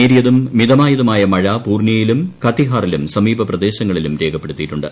നേരിയതും മിതമായതുമായ മഴ പൂർണിയയിലും കതിഹാറിലും സമീപ പ്രദേശ ങ്ങളിലും രേഖപ്പെടുത്തിയിട്ടുണ്ട്